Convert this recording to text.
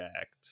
act